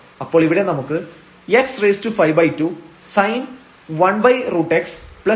അപ്പോൾ ഇവിടെ നമുക്ക് x52sin⁡1√xy52cos⁡1√y എന്നും കിട്ടും